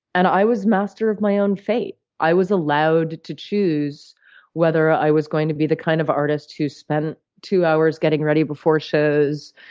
and i was master of my own fate. i was allowed to choose whether i was going to be the kind of artist who spent two hours getting ready before shows,